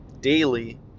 daily